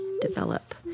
develop